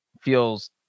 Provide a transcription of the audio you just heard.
feels